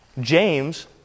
James